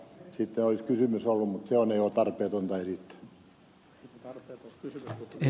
sitten olisi ollut kysymys mutta sitä on tarpeetonta esittää